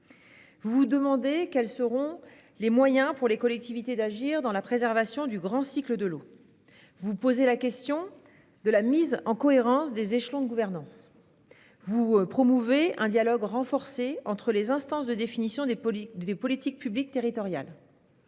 Vous vous demandez de quels moyens disposeront les collectivités pour agir dans la préservation du grand cycle de l'eau. Vous vous posez la question de la mise en cohérence des échelons de gouvernance. Vous promouvez un dialogue renforcé entre les instances de définition des politiques publiques territoriales.